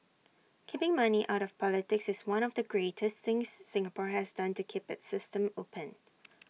keeping money out of politics is one of the greatest things Singapore has done to keep its system open